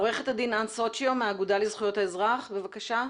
עו"ד אן סוצ'יו, האגודה לזכויות האזרח, בבקשה.